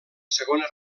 segona